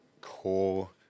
core